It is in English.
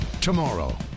Tomorrow